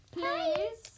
Please